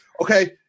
okay –